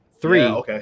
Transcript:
Three